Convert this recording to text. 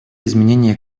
изменение